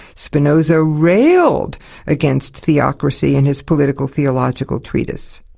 spinoza railed against theocracy in his political-theological treatise,